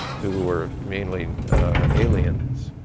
who were mainly aliens